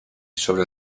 sobre